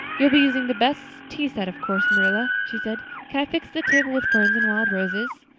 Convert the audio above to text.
you'll be using the best tea set, of course, marilla, she said. can i fix the table with ferns and wild roses?